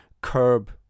curb